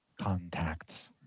contacts